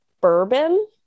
bourbon